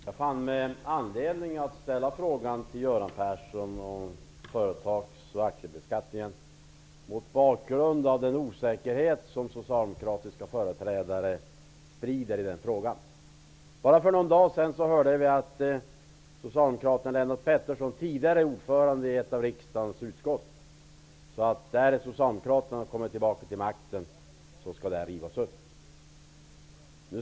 Fru talman! Jag fann mig föranledd att ställa frågan till Göran Persson om företags och aktiebeskattningen mot bakgrund av den osäkerhet som socialdemokratiska företrädare sprider i den frågan. Bara för någon dag sedan kunde vi höra socialdemokraten Lennart Pettersson, före detta ordförande i ett av riksdagens utskott, säga att när Socialdemokraterna kommer tillbaka till makten skall det här rivas upp.